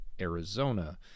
Arizona